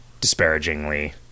disparagingly